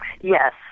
yes